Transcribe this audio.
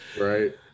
Right